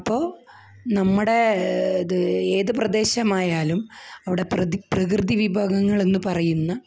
അപ്പോള് നമ്മുടെ ഇത് ഏത് പ്രദേശമായാലും അവിടെ പ്രതി പ്രകൃതിവിഭവങ്ങളെന്നു പറയുന്ന